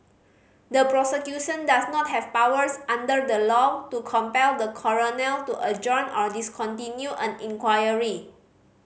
the prosecution does not have powers under the law to compel the coroner to adjourn or discontinue an inquiry